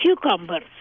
cucumbers